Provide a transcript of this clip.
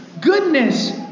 goodness